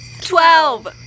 Twelve